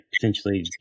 potentially